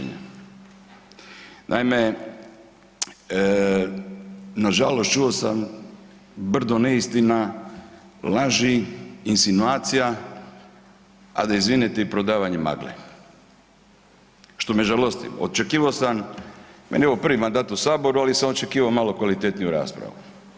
Naime, nažalost čuo sam brdo neistina, laži, insinuacija, a da izvinete i prodavanje magle, što me žalosti, očekivao sam, meni je ovo prvi mandat u saboru ali sam očekivao malo kvalitetniju raspravu.